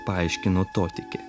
paaiškino totikė